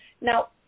Now